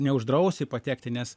neuždrausi patekti nes